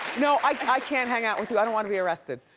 no, i i can't hang out with you. i don't wanna be arrested.